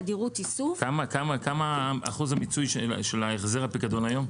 כמה אחוז המיצוי של החזר הפיקדון היום?